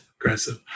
Aggressive